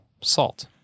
Salt